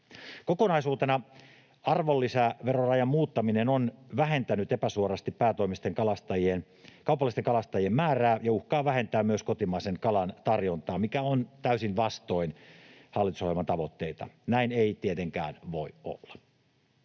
Kokonaisuutena arvonlisäverorajan muuttaminen on vähentänyt epäsuorasti päätoimisten kaupallisten kalastajien määrää ja uhkaa vähentää myös kotimaisen kalan tarjontaa, mikä on täysin vastoin hallitusohjelman tavoitteita. Näin ei tietenkään voi olla.